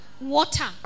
Water